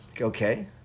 Okay